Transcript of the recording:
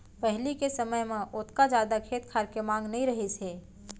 पहिली के समय म ओतका जादा खेत खार के मांग नइ रहिस हे